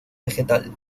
vegetal